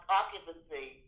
occupancy